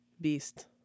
beast